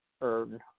earn